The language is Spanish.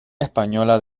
española